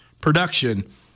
production